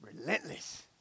relentless